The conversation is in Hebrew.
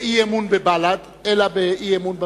באי-אמון בבל"ד, אלא באי-אמון בממשלה,